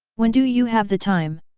when do you have the time?